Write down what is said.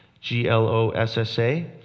g-l-o-s-s-a